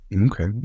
Okay